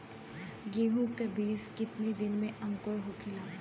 गेहूँ के बिज कितना दिन में अंकुरित होखेला?